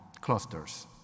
clusters